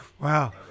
Wow